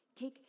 take